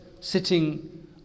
Sitting